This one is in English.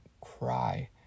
cry